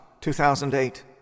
2008